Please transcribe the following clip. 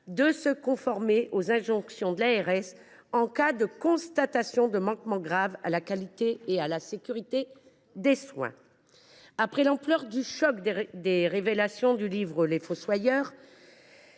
de se conformer aux injonctions de l’ARS en cas de constatation de manquements graves à la qualité et à la sécurité des soins. Malgré l’ampleur des révélations du livre, vous